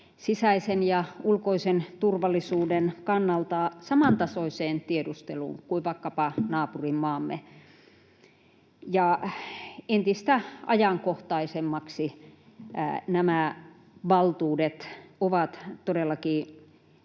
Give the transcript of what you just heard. sisäisen ja ulkoisen turvallisuuden kannalta samantasoiseen tiedusteluun kuin vaikkapa naapurimaamme. Entistä ajankohtaisemmaksi nämä valtuudet ovat todellakin